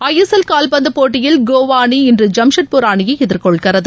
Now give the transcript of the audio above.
ஐ S L காவ்பந்து போட்டியில் கோவா அணி இன்று ஜாம்ஷெட்பூர் அணியை எதிர்கொள்கிறது